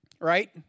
right